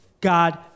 God